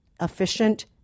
efficient